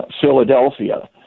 Philadelphia